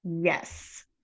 yes